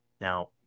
Now